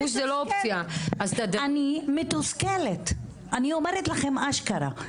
אני אומרת לכם אשכרה.